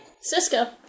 Cisco